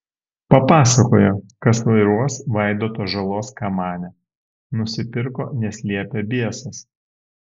papasakojo kas vairuos vaidoto žalos kamanę nusipirko nes liepė biesas